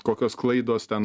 kokios klaidos ten